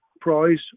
prize